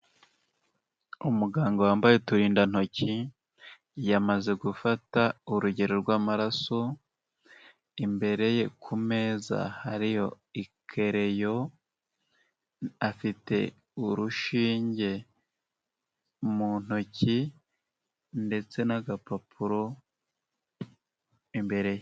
Umuganga wambaye uturindantoki yamaze gufata urugero rw'amaraso, imbere ye ku meza hariyo ikereyo, afite urushinge mu ntoki, ndetse n'agapapuro imbere ye.